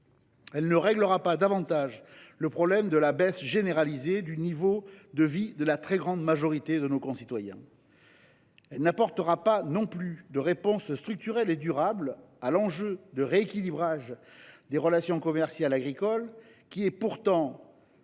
prix ne réglera pas davantage le problème de la baisse généralisée du niveau de vie de la très grande majorité de nos concitoyens. C’est sûr ! Elle n’apportera pas non plus de réponse structurelle et durable à l’enjeu du rééquilibrage des relations commerciales agricoles, qui est pourtant